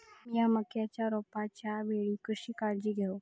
मीया मक्याच्या रोपाच्या वेळी कशी काळजी घेव?